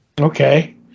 Okay